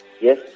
yes